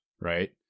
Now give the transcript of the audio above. right